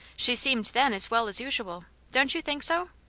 she seemed then as well as usual, don't you think so?